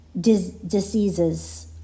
diseases